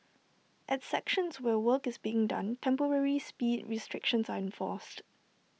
at sections where work is being done temporary speed restrictions are enforced